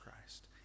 Christ